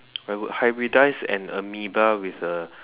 I would hybridize an Amoeba with a